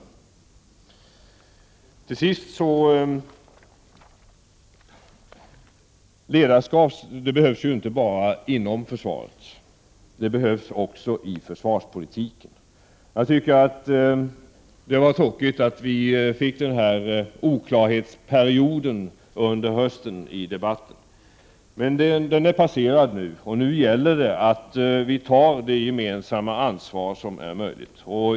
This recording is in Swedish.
Jag vill till sist säga att ledarskap inte bara är något som behövs inom försvaret, det behövs också i försvarspolitiken. Jag tycker att det var tråkigt att vi under hösten fick den här oklarhetsperioden i debatten. Men den är nu passerad, och det gäller nu att vi tar det gemensamma ansvar som är möjligt.